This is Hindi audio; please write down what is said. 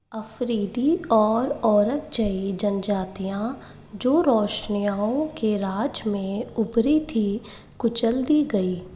अफरीदी और ओरकजई जनजातियाँ जो रोशनिय्याओं के राज में उभरी थीं कुचल दी गई